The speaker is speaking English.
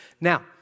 Now